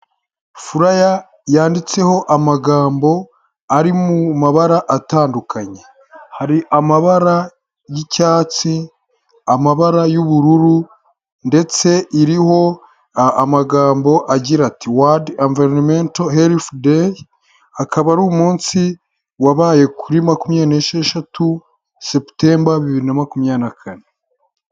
Furaya yanditseho amagambo ari mu mabara atandukanye, hari amabara y'icyatsi, amabara y'ubururu, ndetse iriho amagambo agira ati "wadi environomento herifu deyi " akaba ari umunsi wabaye kuri makumyabir n'esheshatu seputemba bibiri na makumya na kane.